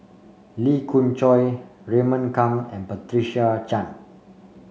Lee Khoon Choy Raymond Kang and Patricia Chan